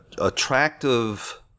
attractive